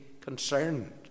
concerned